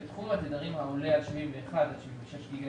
בתחום התדרים העולה על 71 עד 76 גיגה